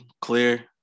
clear